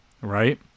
right